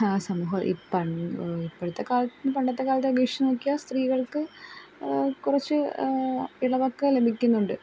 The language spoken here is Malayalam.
ആ സമൂഹം ഇപ് പണ് ഇപ്പോഴത്തെ കാലത്തും പണ്ടത്തെ കാലത്തെ അപേക്ഷിച്ച് നോക്കിയാൽ സ്ത്രീകൾക്ക് കുറച്ച് ഇളവൊക്കെ ലഭിക്കുന്നുണ്ട്